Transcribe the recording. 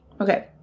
Okay